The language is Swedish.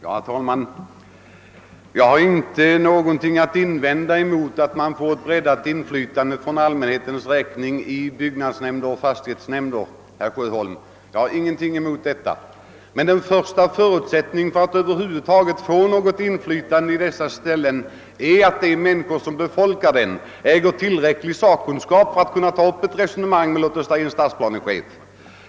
Herr talman! Jag har inte något att invända mot att man får till stånd ett breddat inflytande från allmänheten i byggnadsnämnder och fastighetsnämnder, herr Sjöholm. Men den första förutsättningen för att över huvud taget äga något inflytande i dessa sammanhang är att de personer som sitter i nämn derna besitter tillräcklig sakkunskap för att kunna ta upp ett resonemang med exempelvis en stadsplanechef.